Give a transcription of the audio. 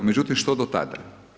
Međutim, što do tada?